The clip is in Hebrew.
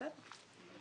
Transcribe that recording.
בסדר.